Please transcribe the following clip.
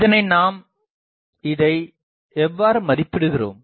இதனை நாம் இதை எவ்வாறு மதிப்பிடுகிறோம்